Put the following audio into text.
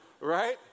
right